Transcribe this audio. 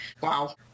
wow